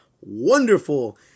wonderful